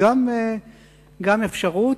גם זאת אפשרות.